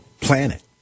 planet